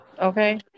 Okay